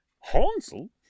Hansel